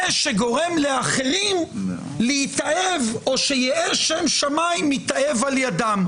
זה שגורם לאחרים להתאהב או שיהא שם שמיים מתאהב על ידו.